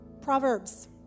Proverbs